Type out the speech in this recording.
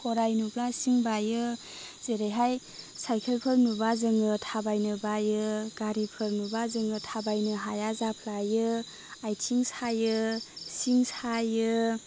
गराय नुब्ला सिं बायो जेरैहाय सायकेलफोर नुबा जोङो थाबायनो बायो गारिफोर नुबा जोङो थाबायनो हाया जाफ्लायो आयथिं सायो सिं सायो